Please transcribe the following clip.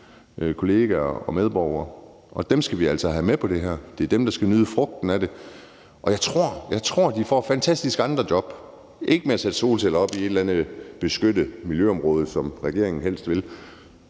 vores danske medborgere, og dem skal vi altså have med på det her. Det er dem, der skal nyde frugten af det, og jeg tror, vi får fantastiske andre job. Ikke med at sætte solceller op i et eller andet beskyttet miljøområde, som regeringen helst vil,